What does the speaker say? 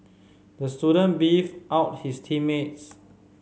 the student beefed out his team mates